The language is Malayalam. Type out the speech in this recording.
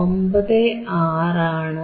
96 ആണ്